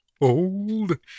Old